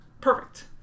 Perfect